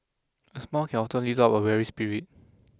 a smile can often lift up a weary spirit